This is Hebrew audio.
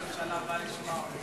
הנה ראש הממשלה בא לשמוע אותך.